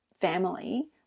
family